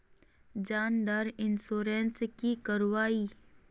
जान डार इंश्योरेंस की करवा ई?